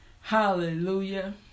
hallelujah